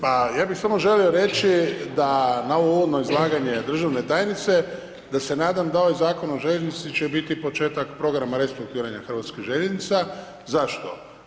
Pa ja bi samo želio reći da na ovo uvodno izlaganje državne tajnice, da se nadam da ovaj Zakon o željeznici će biti početak programa restrukturiranja hrvatskih željeznica, zašto?